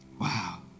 Wow